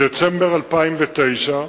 בדצמבר 2009,